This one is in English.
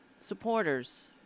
supporters